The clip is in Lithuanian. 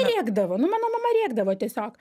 rėkdavo nu mano mama rėkdavo tiesiog